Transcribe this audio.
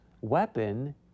weapon